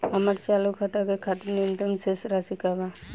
हमार चालू खाता के खातिर न्यूनतम शेष राशि का बा?